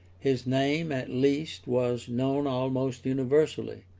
his name, at least, was known almost universally,